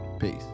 peace